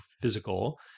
physical